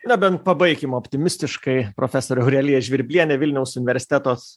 na bent pabaikim optimistiškai profesorė aurelija žvirblienė vilniaus universiteto